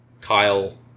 Kyle